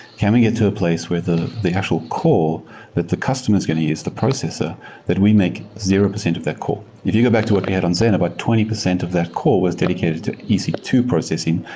can we get to a place where the the actual core that the customer is going to use, the processor that we make zero percent of their core. if you go back to what we had on zen, about twenty percent of their core was dedicated to e c two processing,